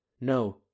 No